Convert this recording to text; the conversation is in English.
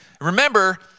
Remember